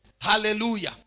hallelujah